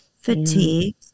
fatigue